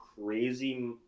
crazy –